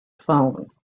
phone